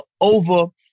over